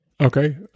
Okay